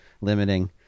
limiting